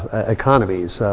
economies.